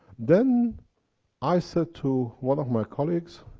then i said to one of my colleagues,